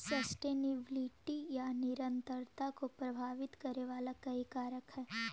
sustainability या निरंतरता को प्रभावित करे वाला कई कारक हई